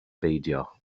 beidio